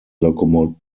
locomotive